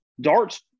Dart's